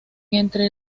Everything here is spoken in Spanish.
entre